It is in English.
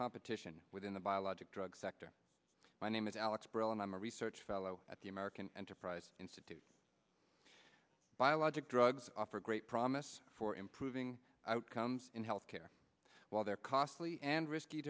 competition within the biologic drug sector my name is alex brill and i'm a research fellow at the american enterprise institute biologic drugs offer great promise for improving outcomes in health care while their costly and risky